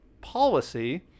policy